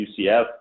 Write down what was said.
UCF